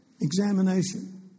Examination